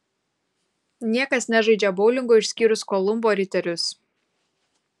niekas nežaidžia boulingo išskyrus kolumbo riterius